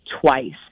twice